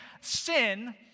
sin